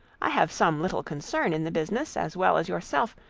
i have some little concern in the business, as well as yourself,